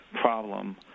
problem